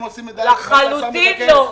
לחלוטין לא.